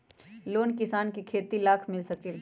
Loan किसान के खेती लाख मिल सकील?